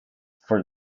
for